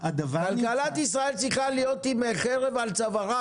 כלכלת ישראל צריכה להיות עם חרב על צווארה